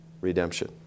redemption